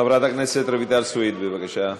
חברת הכנסת רויטל סויד, בבקשה.